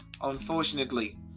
unfortunately